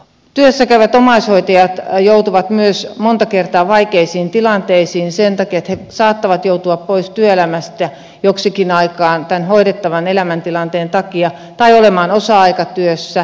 työssä käyvät omaishoitajat joutuvat myös montaa kertaa vaikeisiin tilanteisiin sen takia että he saattavat joutua pois työelämästä joksikin aikaa tämän hoidettavan elämäntilanteen takia tai olemaan osa aikatyössä